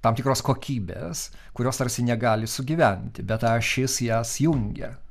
tam tikros kokybės kurios tarsi negali sugyventi bet ta ašis jas jungia